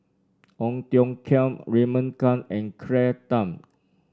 Ong Tiong Khiam Raymond Kang and Claire Tham